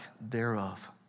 thereof